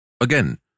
Again